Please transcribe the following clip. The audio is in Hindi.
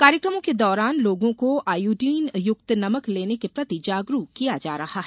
कार्यक्रमों के दौरान लोगों को आयोडीनयुक्त नमक लेने के प्रति जागरुक किया जा रहा है